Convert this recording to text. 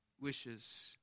wishes